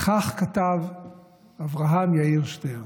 כך כתב אברהם יאיר שטרן: